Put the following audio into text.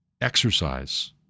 exercise